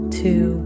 two